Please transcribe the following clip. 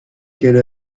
quelle